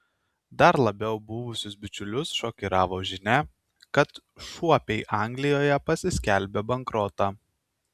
dar labiau buvusius bičiulius šokiravo žinia kad šuopiai anglijoje pasiskelbė bankrotą